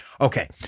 Okay